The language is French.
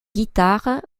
guitares